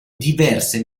diverse